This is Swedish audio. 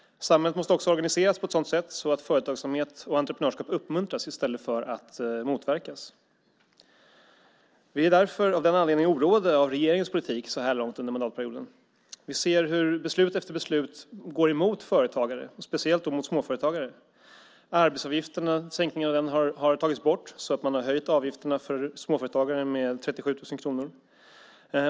Samhället måste också organiseras på ett sådant sätt att företagsamhet och entreprenörskap uppmuntras i stället för att motverkas. Vi är av den anledningen oroade av regeringens politik så här långt under mandatperioden. Vi ser hur beslut efter beslut går emot företagare, speciellt småföretagare. Sänkningen av arbetsgivaravgiften har tagits bort så att man har höjt avgifterna för småföretagaren med 37 000 kronor.